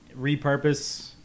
repurpose